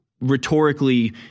rhetorically